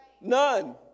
None